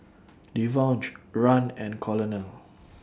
Devaughn Rahn and Colonel